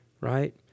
right